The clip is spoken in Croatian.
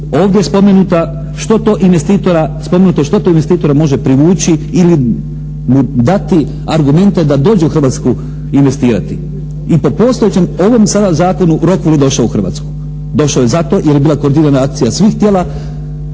Ovdje je spomenuto što to investitora može privući ili mu dati argumente da dođe u Hrvatsku investirati i po postojećem ovom sada zakonu, roku je došao u Hrvatsku. Došao je zato jer je bila koordinirana akcija svih tijela,